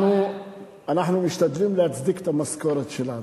אנחנו משתדלים להצדיק את המשכורת שלנו,